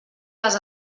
les